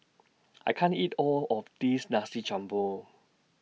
I can't eat All of This Nasi Campur